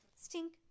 Stink